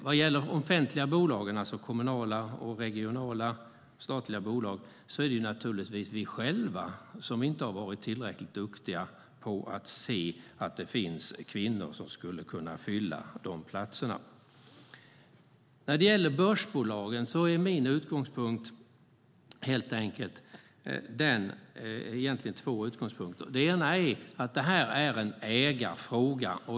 Vad gäller de offentliga bolagen, alltså kommunala och regionala statliga bolag, är det naturligtvis vi själva som inte har varit tillräckligt duktiga på att se att det finns kvinnor som skulle kunna fylla de platserna. När det gäller börsbolagen har jag flera utgångspunkter. Först och främst är det här en ägarfråga.